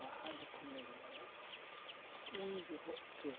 ᱵᱟᱦᱟ ᱡᱚᱠᱷᱚᱱ ᱞᱮ ᱵᱚᱸᱜᱟᱭᱟ ᱩᱱ ᱡᱚᱦᱚᱜ ᱜᱮ